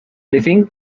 living